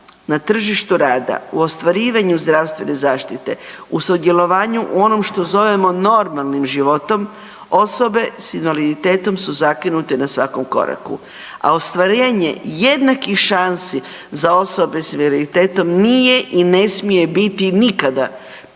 na tržištu rada, u ostvarivanju zdravstvene zaštite, u sudjelovanju u onom što zovemo normalnim životom osobe s invaliditetom su zakinute na svakom koraku. A ostvarivanje jednakih šansi za osobe s invaliditetom nije i ne smije biti nikada pitanje